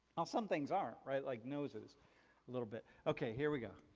well, some things aren't, right? like noses a little bit. okay, here we go.